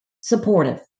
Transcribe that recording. supportive